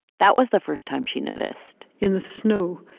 that was the first time she noticed in the snow,